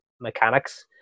mechanics